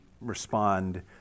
respond